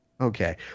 Okay